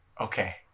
Okay